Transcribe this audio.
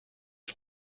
sur